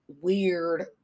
weird